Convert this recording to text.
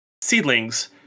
seedlings